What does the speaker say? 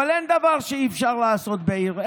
אין דבר שאי-אפשר לעשות בעיר,